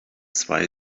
zwei